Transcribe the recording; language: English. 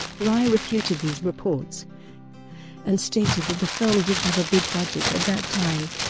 rai refuted these reports and stated that the film did have a big budget at that time,